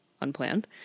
unplanned